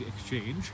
exchange